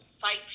fight